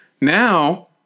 Now